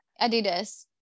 Adidas